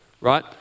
right